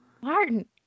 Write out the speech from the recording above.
Martin